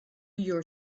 your